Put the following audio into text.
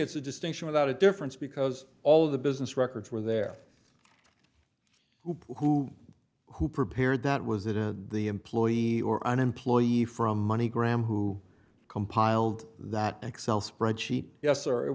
it's a distinction without a difference because all of the business records were there who who prepared that was it in the employee or an employee from money graham who compiled that excel spreadsheet yes or it